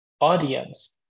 audience